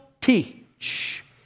teach